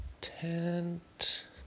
tent